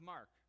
Mark